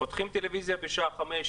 פותחים טלוויזיה בשעה 17:00,